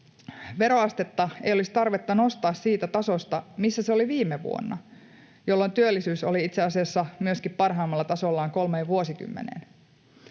veroastetta ei olisi tarvetta nostaa siitä tasosta, missä se oli viime vuonna — jolloin työllisyys oli itse asiassa myöskin parhaimmalla tasollaan kolmeen vuosikymmeneen.